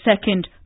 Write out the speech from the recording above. second